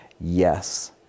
yes